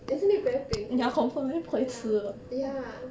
isn't it very painful ya ya